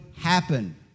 happen